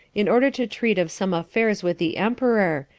in order to treat of some affairs with the emperor,